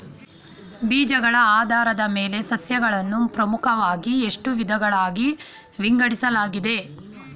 ಬೀಜಗಳ ಆಧಾರದ ಮೇಲೆ ಸಸ್ಯಗಳನ್ನು ಪ್ರಮುಖವಾಗಿ ಎಷ್ಟು ವಿಧಗಳಾಗಿ ವಿಂಗಡಿಸಲಾಗಿದೆ?